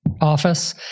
office